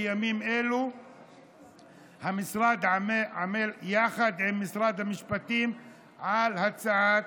בימים אלו המשרד עמל יחד עם משרד המשפטים על הצעת